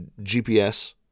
GPS